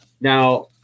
Now